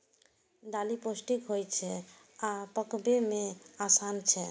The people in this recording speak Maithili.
दालि पौष्टिक होइ छै आ पकबै मे आसान छै